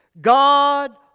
God